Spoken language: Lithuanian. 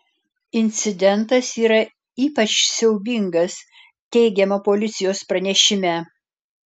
incidentas yra ypač siaubingas teigiama policijos pranešime